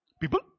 People